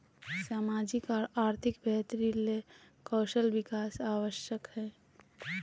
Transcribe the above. सामाजिक और आर्थिक बेहतरी ले कौशल विकास आवश्यक हइ